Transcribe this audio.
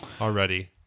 already